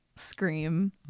scream